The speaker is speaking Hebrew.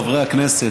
חברי הכנסת,